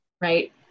right